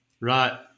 Right